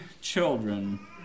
children